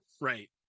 Right